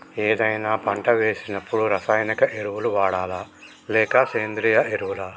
ఏదైనా పంట వేసినప్పుడు రసాయనిక ఎరువులు వాడాలా? లేక సేంద్రీయ ఎరవులా?